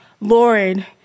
Lord